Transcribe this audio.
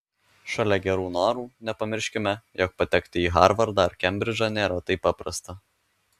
šalia gerų norų nepamirškime jog patekti į harvardą ar kembridžą nėra taip paprasta